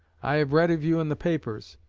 i have read of you in the papers.